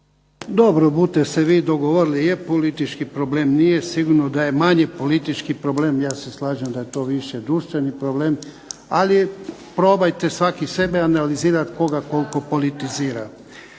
Dobro, budete se vi dogovorile je li politički problem, nije? Sigurno da je manje politički problem, ja se slažem da je to više društveni problem, ali probajte svaki sebe analizirati, tko ga koliko politizira.